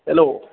hello